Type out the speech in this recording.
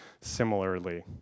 similarly